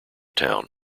town